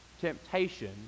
temptation